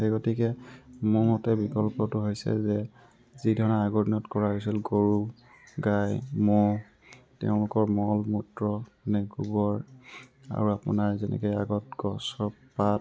সেই গতিকে মোৰ মতে বিকল্পটো হৈছে যে যি ধৰণে আগৰ দিনত কৰা হৈছিল গৰু গাই ম'হ তেওঁলোকৰ মল মূত্ৰ নে গোবৰ আৰু আপোনাৰ যেনেকৈ আগতে গছৰ পাত